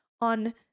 on